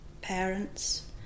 parents